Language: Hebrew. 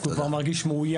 כי הוא כבר מגיש מאוים.